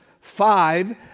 five